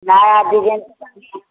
नया डिजाइन